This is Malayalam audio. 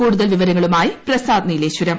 കൂടുതൽ വിവരങ്ങളുമായി പ്രസാദ് നീലേശ്ചൂരം